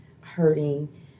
hurting